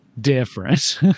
different